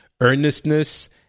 earnestness